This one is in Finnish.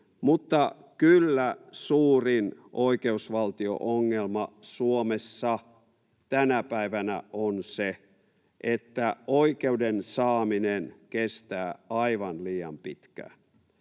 mutta kyllä suurin oikeusvaltio-ongelma Suomessa tänä päivänä on se, että oikeuden saaminen kestää aivan liian pitkään.